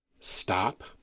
stop